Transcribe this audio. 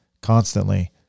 constantly